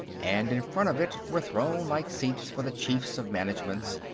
and in front of it were thronelike seats for the chiefs of managements,